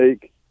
take